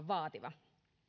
vaativa